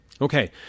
Okay